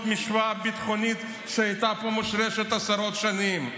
משוואה ביטחונית שהייתה מושרשת פה עשרות שנים.